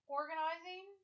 organizing